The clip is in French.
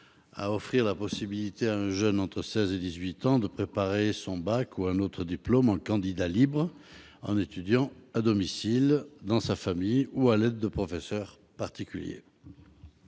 à offrir la possibilité à un jeune entre 16 ans et 18 ans de préparer son baccalauréat ou un autre diplôme en candidat libre, en étudiant à domicile en famille ou à l'aide de professeurs particuliers.